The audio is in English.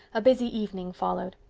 a busy evening followed.